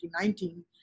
2019